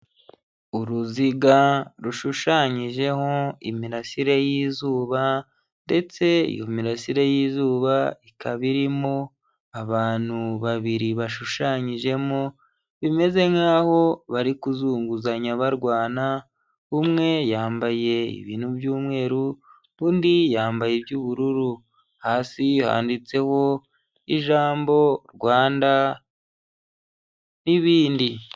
Uruziga rushushanyijeho imirasire y'izuba ndetse iyo mirasire y'izuba ikaba irimo abantu babiri bashushanyijemo, bimeze nk'aho bari kuzunguzanya barwana, umwe yambaye ibintu by'umweru, undi yambaye iby'ubururu, hasi handitseho ijambo Rwanda n'ibindi.